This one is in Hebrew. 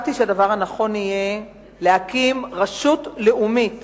חשבתי שהדבר הנכון יהיה להקים רשות לאומית